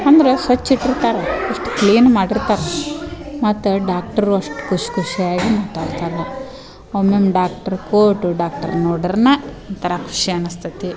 ಅಂದ್ರೆ ಸ್ವಚ್ಛ ಇಟ್ಟಿರ್ತಾರೆ ಅಷ್ಟು ಕ್ಲೀನ್ ಮಾಡಿರ್ತಾರೆ ಮತ್ತೆ ಡಾಕ್ಟ್ರು ಅಷ್ಟು ಖುಷಿ ಖುಷಿಯಾಗಿ ಮಾತಾಡ್ತರೆ ಒಮ್ಮೊಮ್ಮೆ ಡಾಕ್ಟ್ರ್ ಕೋಟು ಡಾಕ್ಟರ್ ನೋಡಿರೆ ಒಂಥರ ಖುಷಿ ಅನಸ್ತೈತೆ